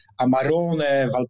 Amarone